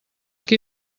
qui